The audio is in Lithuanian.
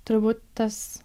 turbūt tas